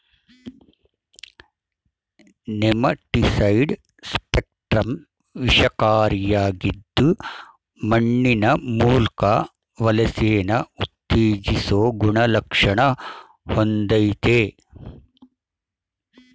nematicide spectrum ವಿಷಕಾರಿಯಾಗಿದ್ದು ಮಣ್ಣಿನ ಮೂಲ್ಕ ವಲಸೆನ ಉತ್ತೇಜಿಸೊ ಗುಣಲಕ್ಷಣ ಹೊಂದಯ್ತೆ